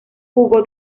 jugó